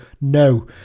No